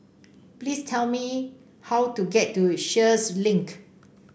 please tell me how to get to Sheares Link